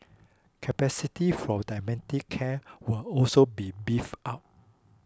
capacity for dementia care will also be beefed up